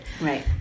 Right